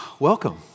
Welcome